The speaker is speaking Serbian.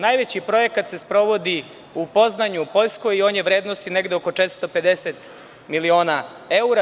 Najveći projekat se sprovodi u Poznanju u Poljskoj i on je vrednosti negde oko 450 miliona evra.